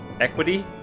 Equity